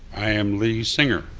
i am lee singer.